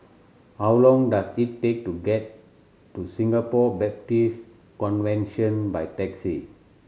how long does it take to get to Singapore Baptist Convention by taxi